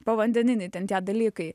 povandeniniai ten tie dalykai